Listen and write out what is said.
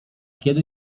kiedy